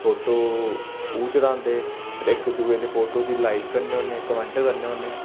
photo ओह् चढ़ांदे ते इक दूए दे फोटो गी लाईक करने होन्ने ते कमैंट करने होन्ने